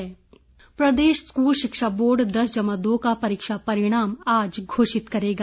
परीक्षा परिणाम प्रदेश स्कूल शिक्षा बोर्ड दस जमा दो का परीक्षा परिणाम आज घोषित करेगा